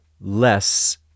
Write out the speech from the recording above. less